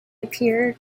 appeared